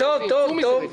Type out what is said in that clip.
צאו מזה רגע.